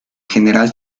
general